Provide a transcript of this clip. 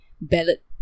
ballot